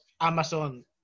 Amazon